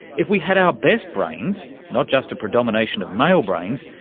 if we had our best brains, not just a predomination of male brains,